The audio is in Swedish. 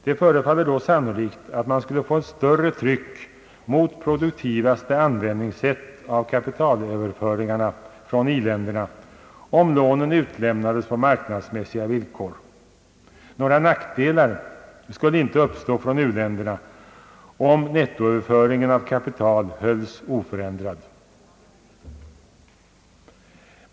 Det förefaller då sannolikt att man skulle få ett större tryck mot produktivaste användningssätt av kapitalöverföringarna från i-länderna om lånen utlämnades på marknadsmässiga villkor. Några nackdelar skulle inte uppstå för u-länderna om nettoöverföringen av kapital hölls oförändrad.